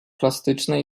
plastyczne